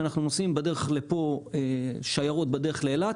כשאנחנו נוסעים בדרך לפה יש שיירות בדרך לאילת.